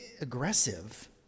aggressive